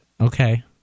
Okay